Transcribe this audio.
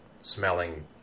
smelling